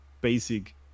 basic